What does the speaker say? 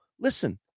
Listen